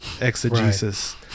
exegesis